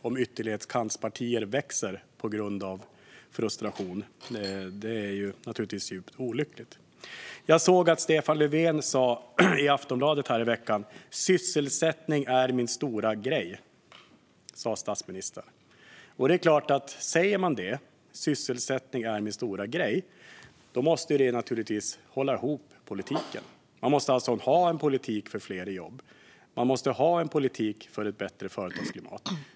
Om ytterkantspartier växer på grund av människors frustration är det naturligtvis djupt olyckligt. Jag såg att Stefan Löfven i Aftonbladet nu i veckan sa: "Sysselsättningen är min stora grej." Om man säger det måste det också hålla ihop politiken. Man måste ha en politik för fler i jobb. Man måste ha en politik för ett bättre företagsklimat.